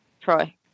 Troy